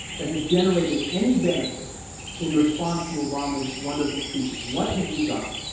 that has generated any benefit in response to obama's wonderful speeches. what have we gotten?